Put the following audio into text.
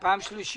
זה פעם שלישית.